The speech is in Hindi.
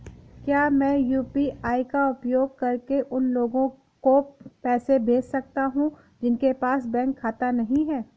क्या मैं यू.पी.आई का उपयोग करके उन लोगों को पैसे भेज सकता हूँ जिनके पास बैंक खाता नहीं है?